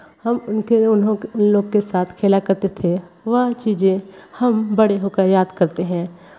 हम उनके के उन लोगों के साथ खेला करते थे वह चीज़ें हम बड़े होकर याद करते हैं